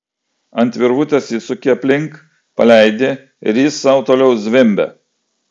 ant virvutės įsuki aplink paleidi ir jis sau toliau zvimbia